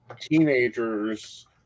teenagers